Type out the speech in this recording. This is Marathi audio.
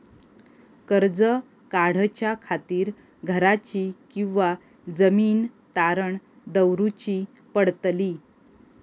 कर्ज काढच्या खातीर घराची किंवा जमीन तारण दवरूची पडतली?